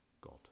God